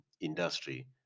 industry